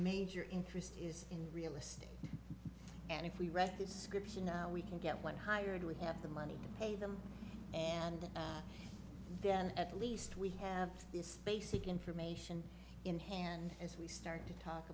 major interest is in real estate and if we read descriptions we can get one hired we have the money to pay them and then at least we have this basic information in hand as we start to talk